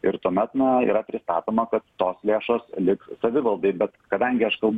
ir tuomet na yra pristatoma kad tos lėšos liks savivaldai bet kadangi aš kalbu